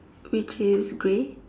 which is grey